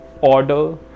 order